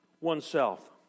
oneself